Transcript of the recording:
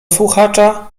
słuchacza